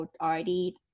already